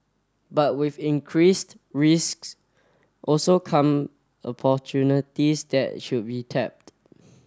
but with increased risks also come opportunities that should be tapped